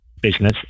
business